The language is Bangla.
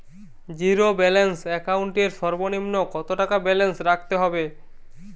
জীরো ব্যালেন্স একাউন্ট এর সর্বনিম্ন কত টাকা ব্যালেন্স রাখতে হবে?